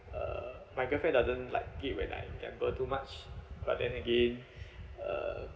uh my girlfriend doesn't like it when I gamble too much but then again uh